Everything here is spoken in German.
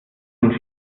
sind